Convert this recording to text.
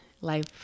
life